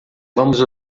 vamos